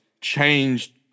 changed